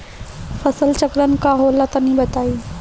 फसल चक्रण का होला तनि बताई?